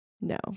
No